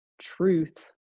truth